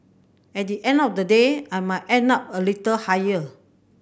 at the end of the day I might end up a little higher